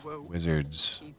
wizards